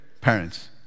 parents